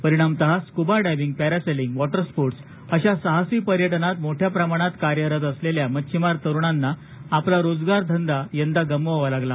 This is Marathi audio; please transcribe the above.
परिणामतः scuba diving parasailing water sports अशा साहसीपर्यटनात मोठ्या प्रमाणात कार्यरत असलेल्या मच्छीमार तरुणांना आपला रोजगार धंदा यंदा गमवावा लागला